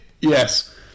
Yes